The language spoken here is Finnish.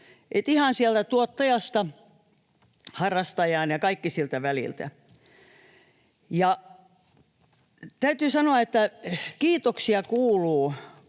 tuottajasta harrastajaan ja kaikki siltä väliltä. Täytyy sanoa, että kiitoksia kuuluu